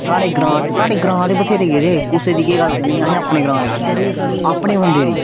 स्हाड़े ग्रां दे स्हाड़े ग्रां दे बथ्हेरे गेदे कुसे दी केह् गल्ल करनी अहें अपने ग्रां दी करने आं अपने बंदे दी